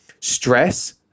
stress